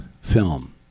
film